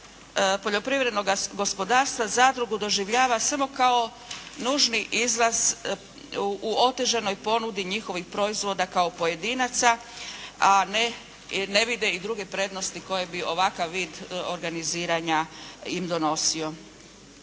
poljoprivrednoga gospodarstva zadrugu doživljava samo kao nužni izlaz u otežanoj ponudi njihovih proizvoda kao pojedinaca a ne, ne vide i druge prednosti koji bi ovakav vid organiziranja im donosio.